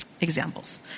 examples